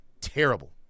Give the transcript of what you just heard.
terrible